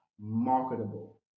marketable